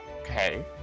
Okay